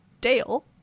dale